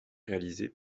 réalisées